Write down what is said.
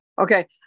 Okay